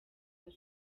zabo